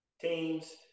teams